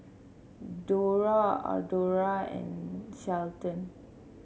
Dora Audra and Shelton